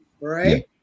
right